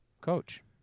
Coach